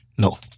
No